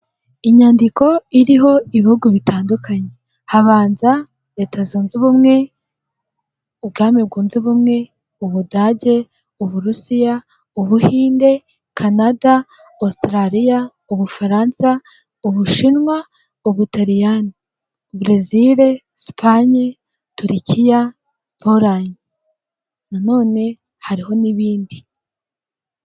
Inyandiko iriho ibihugu bitandukanye, habanza Leta zunze ubumwe, Ubwami bwunze ubumwe, Ubudage, Uburusiya, Ubuhinde, Kanada, Ositaraliya, Ubufaransa, Ubushinwa, Ubutaliyani, Barezili, Esipanye, Turukiya, Polo, hariho n'ibindi.